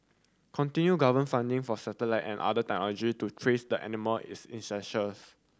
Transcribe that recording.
continue government funding for satellite and other technology to trace the animal is essentials